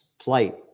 plight